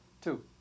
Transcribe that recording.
Two